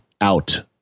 out